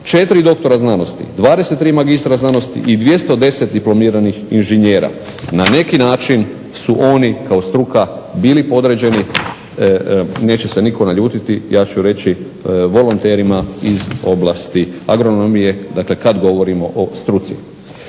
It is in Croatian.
4 doktora znanosti, 23 magistra znanosti i 210 diplomiranih inženjera. Na neki način su oni kao struka bili podređeni, neće se nitko naljutiti ja ću reći volonterima iz oblasti agronomije. Dakle, kad govorimo o struci.